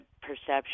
perception